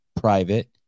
private